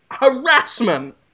harassment